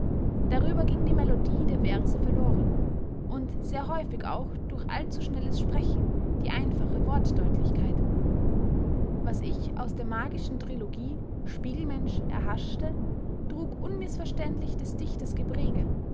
darüber ging die melodie der verse verloren und sehr häufig auch durch allzu schnelles sprechen die einfache wortdeutlichkeit was ich aus der magischen trilogie spiegelmensch erhaschte trug unmißverständlich des dichters gepräge